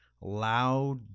loud